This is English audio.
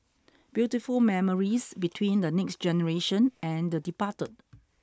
beautiful memories between the next generation and the departed